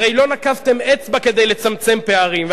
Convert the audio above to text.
הרי לא נקפתם אצבע כדי לצמצם פערים.